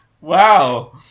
Wow